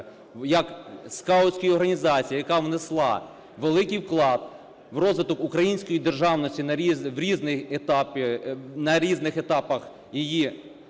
як скаутської організації, яка внесла великий вклад в розвиток української державності на різних етапах її творення,